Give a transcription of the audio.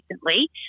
recently